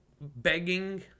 begging